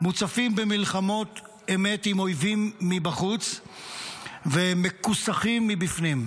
מוצפים במלחמות אמת עם אויבים מבחוץ ומכוסחים מבפנים.